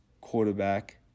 quarterback